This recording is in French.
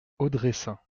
audressein